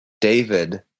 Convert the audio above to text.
David